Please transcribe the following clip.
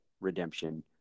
redemption